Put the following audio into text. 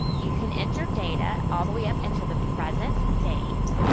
you can enter data all the way up into the present date.